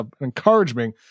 encouraging